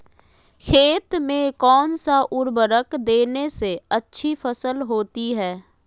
खेत में कौन सा उर्वरक देने से अच्छी फसल होती है?